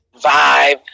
vibe